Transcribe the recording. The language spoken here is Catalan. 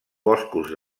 boscos